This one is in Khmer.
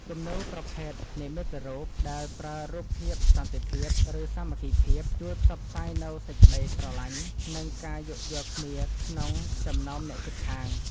គំនូរប្រភេទ និមិត្តរូប ដែលប្រើរូបភាពសន្តិភាព ឬសាមគ្គីភាព ជួយផ្សព្វផ្សាយនូវសេចក្ដីស្រឡាញ់ និងការយោគយល់គ្នាក្នុងចំណោមអ្នកជិតខាង។